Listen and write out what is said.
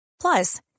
Plus